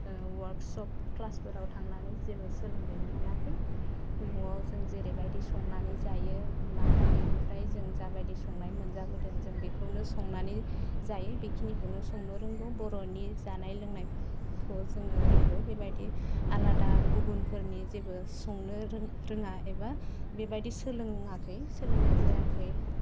अवार्कसप ख्लासफोराव थांनानै जेबो सोलोंहैनो मोनाखै न'आव जों जेरैबायदि संनानै जायो मा उन्दैनिफ्राय जों जाबायदि संनाय मोनजाबोदों जों बेखौनो संनानै जायो बेखिनिखौनो संनो रोंगौ बर'नि जानाय लोंनायफोरखौ जोङो रोंगौ बेबायदि आलादा गुबुनफोरनि जेबो संनो रोङा एबा बेबायदि सोलोंआखै सोलोंनाय जायाखै